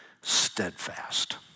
steadfast